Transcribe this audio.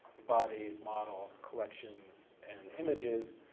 bodies, models, collections, and images,